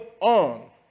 on